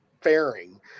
fairing